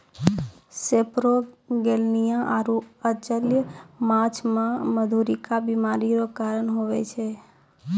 सेपरोगेलनिया आरु अचल्य माछ मे मधुरिका बीमारी रो कारण हुवै छै